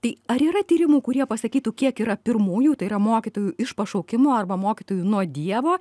tai ar yra tyrimų kurie pasakytų kiek yra pirmųjų tai yra mokytojų iš pašaukimo arba mokytojų nuo dievo